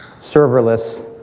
serverless